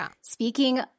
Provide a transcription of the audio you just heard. speaking